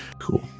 Cool